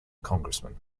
congressman